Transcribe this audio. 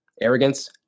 arrogance